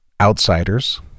outsiders